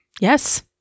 Yes